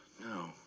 No